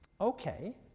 Okay